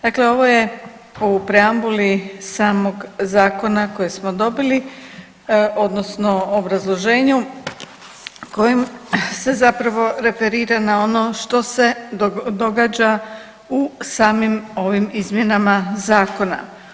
Dakle ovo je u preambuli samog zakona kojeg smo dobili odnosno obrazloženju kojim se zapravo referira na ono što se događa u samim ovim izmjenama Zakona.